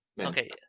Okay